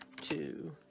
two